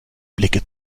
blicke